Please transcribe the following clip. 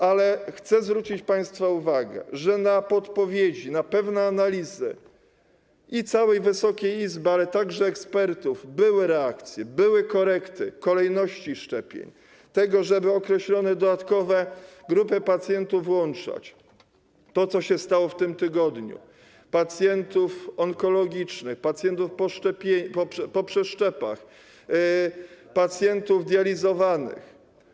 Ale chcę zwrócić państwa uwagę, że na podpowiedzi, na pewne analizy całej Wysokiej Izby, ale także ekspertów, były reakcje, były korekty kolejności szczepień, tego, żeby określone dodatkowe grupy pacjentów włączać - to, co się stało w tym tygodniu - pacjentów onkologicznych, pacjentów po przeszczepach, pacjentów dializowanych.